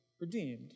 Redeemed